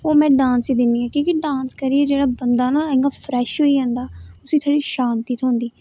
ओह् में डांस गी दिन्नी आं की के डांस करियै जेह्ड़ा बंदा ना इ'यां फ्रैश होई जंदा उसी के शांति थ्होंदी